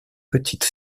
petite